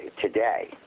today